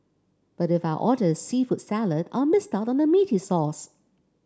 but if I order the seafood salad I'll miss out on the meaty sauce